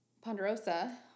ponderosa